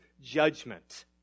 judgment